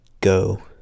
go